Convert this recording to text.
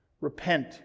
Repent